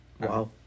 Wow